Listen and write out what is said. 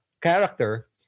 character